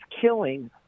killing